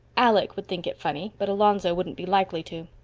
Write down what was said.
alec would think it funny, but alonzo wouldn't be likely to.